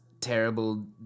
Terrible